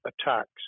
attacks